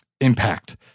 impact